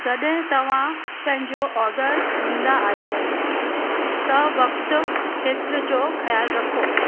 जॾहिं तव्हां पंहिंजो ऑडर ॾींदा आहियो त वक़्तु खेत्र जो ख़्यालु रखियो